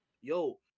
yo